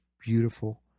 beautiful